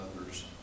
others